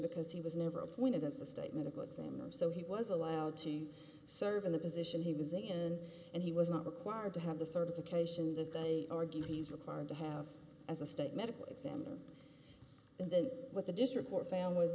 because he was never appointed as the state medical examiner so he was allowed to serve in the position he was in and he was not required to have the certification that they argue he's required to have as a state medical examiner and then with the district court families